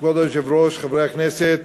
כבוד היושב-ראש, חברי הכנסת,